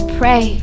pray